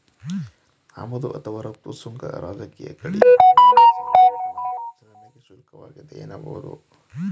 ಆಮದು ಅಥವಾ ರಫ್ತು ಸುಂಕ ರಾಜಕೀಯ ಗಡಿಯ ಮೂಲಕ ಸರಕುಗಳ ಚಲನೆಗೆ ಶುಲ್ಕವಾಗಿದೆ ಎನ್ನಬಹುದು